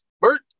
Bert